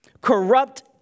corrupt